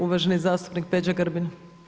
Uvaženi zastupnik Peđa Grbin.